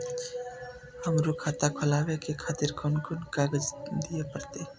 हमरो खाता खोलाबे के खातिर कोन कोन कागज दीये परतें?